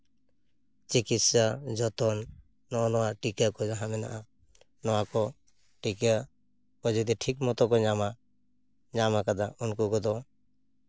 ᱪᱤᱠᱤᱛᱥᱟ ᱡᱚᱛᱚᱱ ᱱᱚᱜᱼᱚᱱᱟ ᱴᱤᱠᱟᱹ ᱠᱚ ᱡᱟᱦᱟᱸ ᱢᱮᱱᱟᱜᱼᱟ ᱱᱚᱣᱟᱠᱚ ᱴᱤᱠᱟ ᱠᱚ ᱡᱩᱫᱤ ᱴᱷᱤᱠ ᱢᱚᱛᱳ ᱠᱚ ᱧᱟᱢᱟ ᱧᱟᱢ ᱠᱟᱫᱟ ᱩᱱᱠᱩ ᱠᱚᱫᱚ